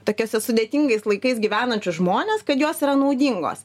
tokiuose sudėtingais laikais gyvenančius žmones kad jos yra naudingos